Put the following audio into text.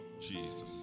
Jesus